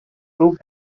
prove